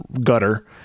gutter